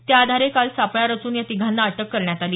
त्याआधारे काल सापळा रच्न या तिघांना अटक करण्यात आली